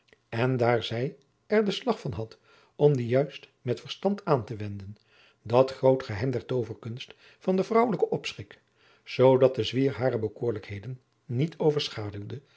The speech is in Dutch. en daar zij er den slag van had om dien juist met verstand aan te wenden dat groot geheim der tooverkunst van den vrouwelijken opschik zoo dat de zwier hare bekoorlijkheden niet overschaduwde